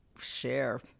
share